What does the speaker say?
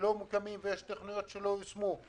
שלא מוקמים ויש תוכניות שלא יושמו.